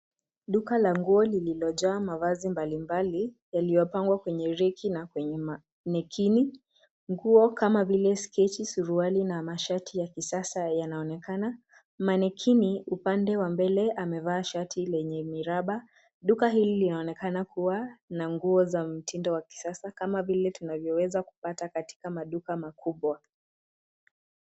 Duka la nguo lililojaa mavazi mbali mbali, yaliyopangwa kwenye reki na kwenye manekini. Nguo kama vile sketi, suruali na mashati ya kisasa yanaonekana. Manekini upande wa mbele, amevaa shati lenye miraba. Duka hili linaonekana kuwa na nguo za mtindo wa kisasa kama vile tunavyoweza kupata katika maduka makubwa.